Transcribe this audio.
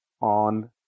on